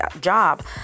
job